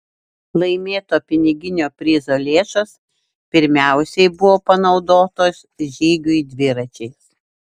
laimėto piniginio prizo lėšos pirmiausiai buvo panaudotos žygiui dviračiais